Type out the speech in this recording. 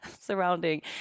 surrounding